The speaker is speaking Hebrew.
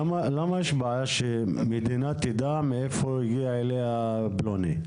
למה יש בעיה שהמדינה תדע מאיפה הגיע אליה פלוני?